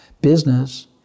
business